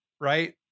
right